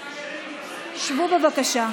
שבו, בבקשה.